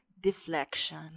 deflection